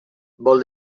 vol